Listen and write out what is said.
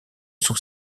sont